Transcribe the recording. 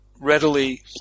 readily